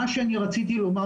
מה שאני רציתי לומר,